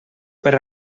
per